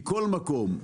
מכל מקום,